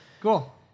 Cool